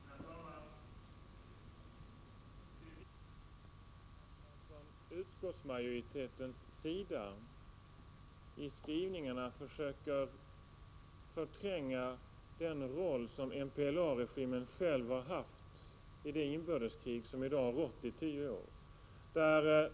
Herr talman! Det viktiga är att utskottsmajoriteten i sin skrivning försöker förtränga den roll som MPLA-regimen själv har haft i det inbördeskrig som pågått i tio år.